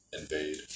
invade